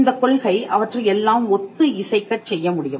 இந்தக் கொள்கை அவற்றை எல்லாம் ஒத்து இசைக்கச் செய்ய முடியும்